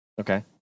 Okay